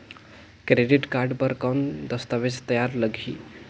Credit card बर कौन दस्तावेज तैयार लगही?